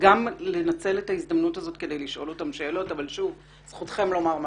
ולנצל את ההזדמנות לשאול שאלות את המוזמנים.